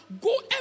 go